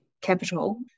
capital